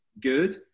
good